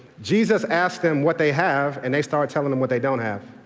jesus asked them what they have and they start telling him what they don't have.